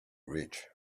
rich